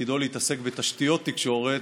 תפקידו להתעסק בתשתיות תקשורת,